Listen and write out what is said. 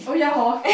oh ya hor